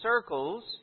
circles